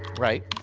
right.